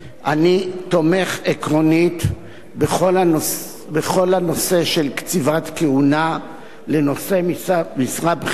אני תומך באופן עקרוני בכל הנושא של קציבת כהונה לנושאי משרה בכירים,